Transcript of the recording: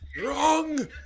Wrong